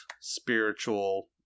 spiritual